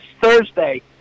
Thursday